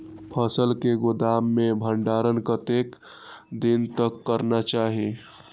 फसल के गोदाम में भंडारण कतेक दिन तक करना चाही?